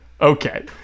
Okay